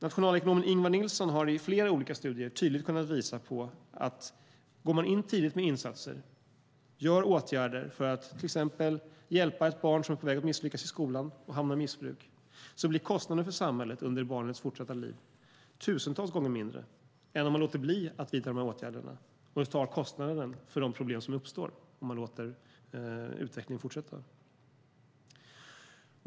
Nationalekonomen Ingvar Nilsson har i flera olika studier tydligt kunnat visa att om man går in tidigt med insatser, vidtar åtgärder för att till exempel hjälpa ett barn som är på väg att misslyckas i skolan och hamna i missbruk, blir kostnaden för samhället under barnets fortsatta liv tusentals gånger mindre än om man låter bli att vidta dessa åtgärder och tar kostnaden för de problem som uppstår om man låter utvecklingen fortsätta.